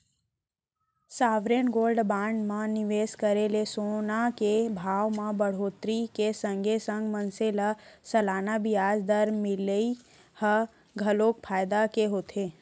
sovereign gold bond म निवेस करे ले सोना के भाव म बड़होत्तरी के संगे संग मनसे ल सलाना बियाज दर मिलई ह घलोक फायदा के होथे